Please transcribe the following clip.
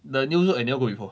the new zouk I never go before